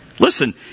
Listen